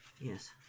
Yes